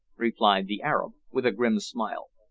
replied the arab, with a grim smile.